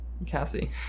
Cassie